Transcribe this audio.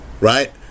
Right